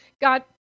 God